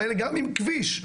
וגם אם כביש,